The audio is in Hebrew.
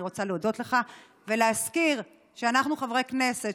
אני רוצה להודות לך ולהזכיר שאנחנו חברי כנסת,